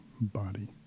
body